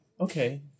Okay